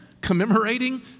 commemorating